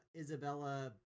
Isabella